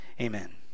amen